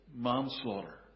manslaughter